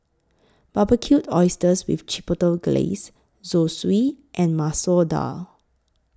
Barbecued Oysters with Chipotle Glaze Zosui and Masoor Dal